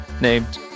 named